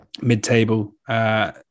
mid-table